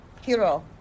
hero